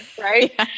right